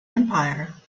empire